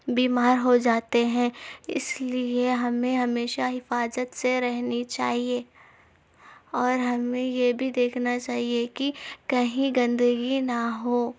بیمار ہو جاتے ہیں اس لیے ہمیں ہمیشہ حفاظت سے رہنی چاہیے اور ہمیں یہ بھی دیکھنا چاہیے کہ کہیں گندگی نہ ہو